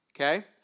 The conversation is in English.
Okay